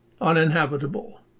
uninhabitable